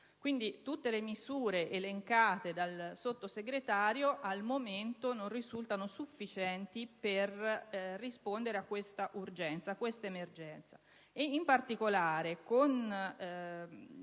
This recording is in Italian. Quindi tutte le misure elencate dal Sottosegretario al momento non risultano sufficienti a rispondere a questa emergenza.